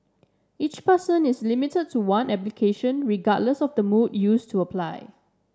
each person is limited to one application regardless of the mode used to apply